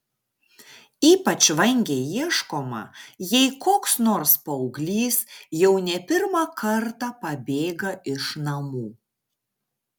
ypač vangiai ieškoma jei koks nors paauglys jau ne pirmą kartą pabėga iš namų